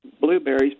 blueberries